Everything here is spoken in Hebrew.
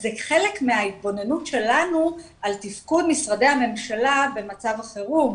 זה חלק מההתבוננות שלנו על תפקוד משרדי הממשלה במצב החירום,